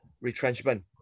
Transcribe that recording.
retrenchment